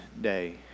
Day